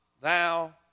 thou